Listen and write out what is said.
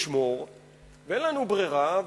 ואין לנו ברירה,